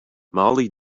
mollie